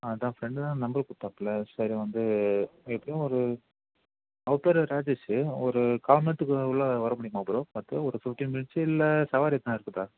அதான் ஃப்ரெண்ட் தான் நம்பர் கொடுத்தாப்புல சரி வந்து எப்படியும் ஒரு அவர் பேர் ராஜேஷ்ஷு ஒரு கா மண்நேரத்துக்குள்ளே வரமுடியுமா ப்ரோ பார்த்து ஒரு ஃபிஃப்டின் மினிட்ஸ் இல்லை சவாரி எதனா இருக்குதா